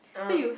ah